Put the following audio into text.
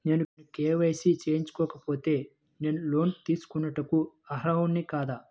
నేను కే.వై.సి చేయించుకోకపోతే నేను లోన్ తీసుకొనుటకు అర్హుడని కాదా?